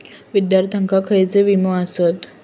विद्यार्थ्यांका खयले विमे आसत?